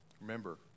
Remember